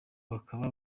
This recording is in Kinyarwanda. bakaba